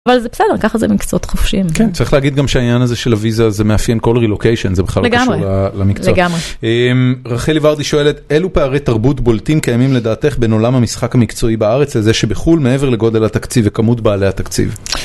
אבל זה בסדר, ככה זה מקצועות חופשיים. כן, צריך להגיד גם שהעניין הזה של הוויזה, זה מאפיין כל רילוקיישן, זה בכלל לא קשור למקצוע. רחלי ורדי שואלת, אילו פערי תרבות בולטים קיימים לדעתך בין עולם המשחק המקצועי בארץ, לזה שבחול מעבר לגודל התקציב וכמות בעלי התקציב?